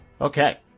Okay